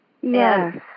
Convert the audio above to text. Yes